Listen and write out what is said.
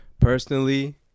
Personally